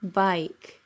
bike